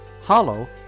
Hollow